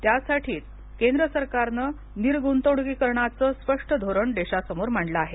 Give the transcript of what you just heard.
त्यासाठीच केंद्र सरकारनं निर्गुंतवणुकीकरणाचं स्पष्ट धोरण देशासमोर मांडलं आहे